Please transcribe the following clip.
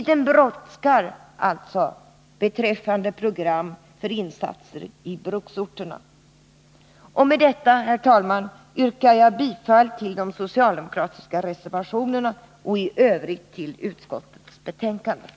Det brådskar alltså med att få fram program för insatser i bruksorterna. Med detta, herr talman, yrkar jag bifall till de socialdemokratiska reservationerna och i övrigt till utskottets hemställan.